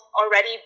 already